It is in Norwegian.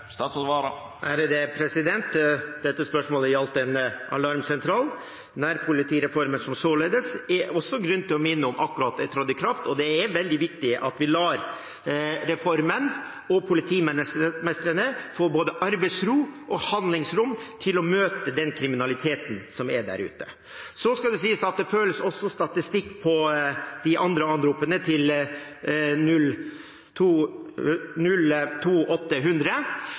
Dette spørsmålet gjaldt denne alarmsentralen. Det er grunn til å minne om at nærpolitireformen akkurat er trådt i kraft, og det er veldig viktig – med tanke på reformen – at vi lar politimestrene få både arbeidsro og handlingsrom til å møte den kriminaliteten som er der ute. Så skal det sies at det også føres statistikk over de andre anropene, til